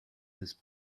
his